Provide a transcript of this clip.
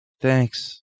Thanks